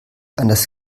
anders